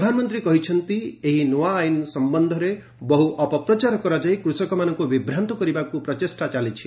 ପ୍ରଧାନମନ୍ତ୍ରୀ କହିଛନ୍ତି ଏହି ନୂଆ ଆଇନ ସମ୍ବନ୍ଧରେ ବହୁ ଅପପ୍ରଚାର କରାଯାଇ କୃଷକମାନଙ୍କୁ ବିଭ୍ରାନ୍ତ କରିବାକୁ ପ୍ରଚେଷ୍ଟା ଚାଲିଛି